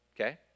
Okay